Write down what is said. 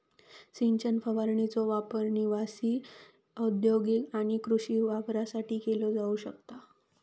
सिंचन फवारणीचो वापर निवासी, औद्योगिक आणि कृषी वापरासाठी केलो जाऊ शकता